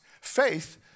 Faith